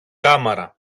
κάμαρα